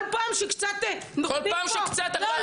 כל פעם שקצת --- כל פעם שקצת --- לא,